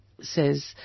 says